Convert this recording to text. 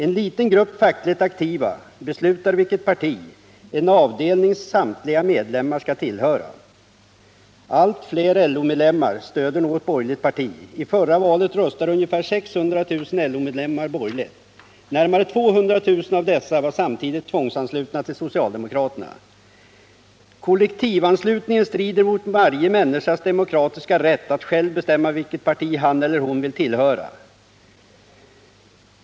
En liten grupp fackligt aktiva beslutar vilket parti en avdelnings samtliga medlemmar ska tillhöra. Allt fler LO-medlemmar stöder något borgerligt parti. I förra valet röstade ungefär 600 000 LO-medlemmar borgerligt. Närmare 200 000 av dessa var samtidigt tvångsanslutna till socialdemokraterna! Kollektivanslutningen strider mot varje människas demokratiska rätt att själv bestämma vilket parti han eller hon vill tillhöra.